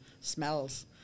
smells